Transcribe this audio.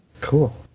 Cool